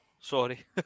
Sorry